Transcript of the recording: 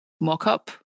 mock-up